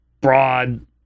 broad